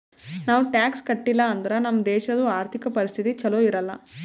ನಾವ್ ಟ್ಯಾಕ್ಸ್ ಕಟ್ಟಿಲ್ ಅಂದುರ್ ನಮ್ ದೇಶದು ಆರ್ಥಿಕ ಪರಿಸ್ಥಿತಿ ಛಲೋ ಇರಲ್ಲ